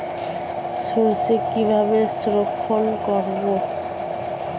সরষে কিভাবে সংরক্ষণ করব?